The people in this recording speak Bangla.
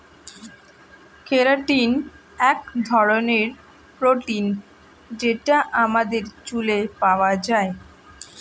কেরাটিন এক ধরনের প্রোটিন যেটা আমাদের চুলে পাওয়া যায়